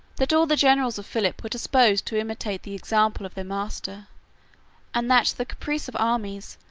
that all the generals of philip were disposed to imitate the example of their master and that the caprice of armies,